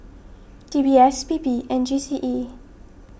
D B S P P and G C E